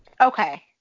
Okay